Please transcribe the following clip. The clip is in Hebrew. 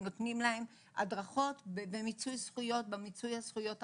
והם נותנים להם הדרכות במיצוי הזכויות הרחב.